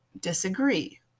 disagree